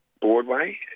Broadway